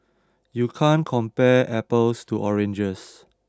you can't compare apples to oranges